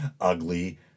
ugly